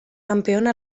campeona